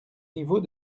niveau